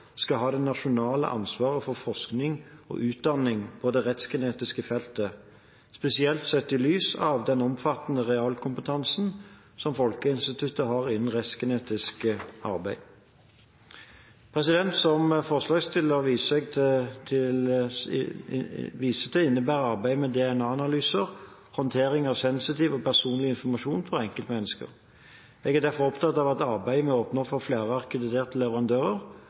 skal ha det nasjonale ansvaret for forskning og utdanning på det rettgenetiske feltet, spesielt sett i lys av den omfattende realkompetansen som Folkehelseinstituttet har innen rettsgenetisk arbeid. Som forslagsstillerne viser til, innebærer arbeidet med DNA-analyser håndtering av sensitiv og personlig informasjon om enkeltmennesker. Jeg er derfor opptatt av at arbeidet med å åpne for flere akkrediterte leverandører